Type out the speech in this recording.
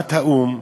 באמנת האו"ם,